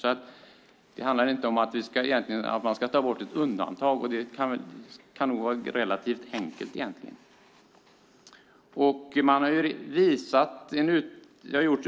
Egentligen handlar det således inte om att ta bort ett undantag, så det här kan nog vara relativt enkelt.